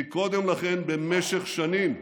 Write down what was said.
כי קודם לכן, במשך שנים,